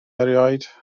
erioed